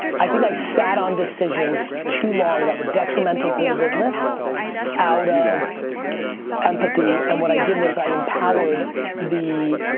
i think i sat on decisions too long that were detrimental to the business out of empathy and what i did was i empowered the